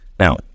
Now